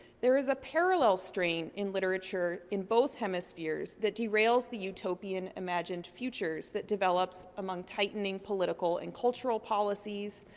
there is a parallel stream in literature in both hemispheres that derails the utopian imagined futures that develops among tightening political and cultural policies,